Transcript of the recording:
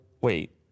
Wait